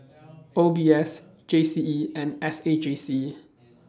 O B S G C E and S A J C